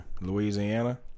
louisiana